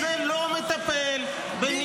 חברי הכנסת, אני מבקש שקט במליאה.